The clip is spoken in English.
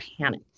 panic